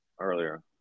Earlier